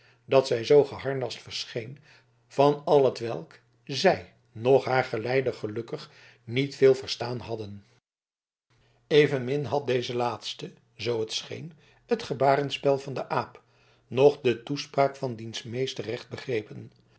dat zij zoo geharnast verscheen van al hetwelk zij noch haar geleider gelukkig niet veel verstaan hadden evenmin had deze laatste zoo t scheen het gebarenspel van den aap noch de toespraak van diens meester recht begrepen